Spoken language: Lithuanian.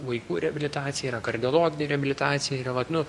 vaikų reabilitacija yra kardiologinė reabilitacija yra vat nu